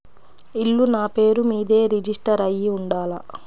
ఇల్లు నాపేరు మీదే రిజిస్టర్ అయ్యి ఉండాల?